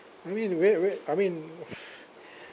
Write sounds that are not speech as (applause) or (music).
I mean where where I mean (noise)